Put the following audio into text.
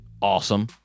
awesome